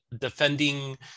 defending